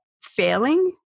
failing